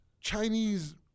Chinese